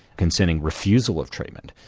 concerning refusal of treatment.